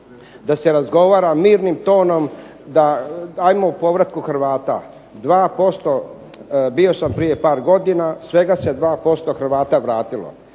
da se razgovara mirnim tonom, ajmo o povratku Hrvata. 2% bio sam prije par godina, svega se 2% Hrvata vratilo.